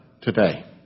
today